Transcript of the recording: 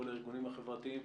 ולכל הארגונים החברתיים.